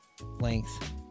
length